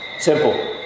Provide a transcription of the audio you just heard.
Simple